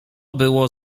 było